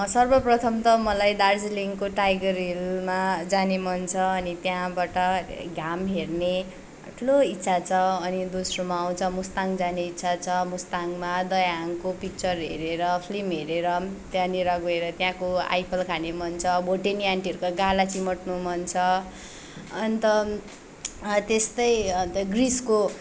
सर्वप्रथम त मलाई दार्जिलिङको टाइगर हिलमा जाने मन छ अनि त्यहाँबाट घाम हेर्ने ठुलो इच्छा छ अनि दोस्रोमा आउँछ मुस्ताङ जाने इच्छा छ मुस्ताङमा दयाहाङको पिक्चर हेरेर फिल्म हेरेर त्यहाँनिर गएर त्यहाँको आइफल खाने मन छ भोटेनी आन्टीहरूको गाला चिमोट्नु मन छ अन्त त्येस्तै अन्त ग्रीसको